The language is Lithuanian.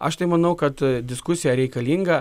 aš tai manau kad diskusija reikalinga